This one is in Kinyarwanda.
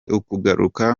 ukugaruka